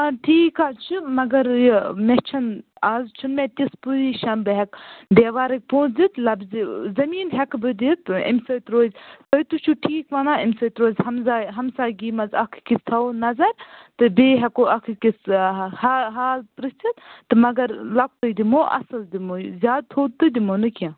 اَدٕ ٹھیٖک حظ چھُ مگر یہِ مےٚ چھنہٕ از چھنہٕ مےٚ تِژھ پوزِشن بہٕ ہیٚکہٕ ددیوارٕکۍ پونٛسہٕ دِتھ لَفظِ زمین ہیٚکہٕ بہٕ دِتھ اَمہ سۭتۍ روزِ تُہۍ تہِ چھِو ٹھیٖک ونان اَمہ سۭتۍ روزِ ہمزاے ہمسایگی منٛز اکھ أکِس تھاوو نظر تہٕ بیٚیہِ ہیٚکو اکھ أکِس حا حال پرژھِتۍ تہٕ مگر لۄکٕٹۍ دِمو اصٕل دِمو زیادٕ تھوٚد تہِ دِمو نہٕ کیٚنٛہہ